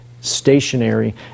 stationary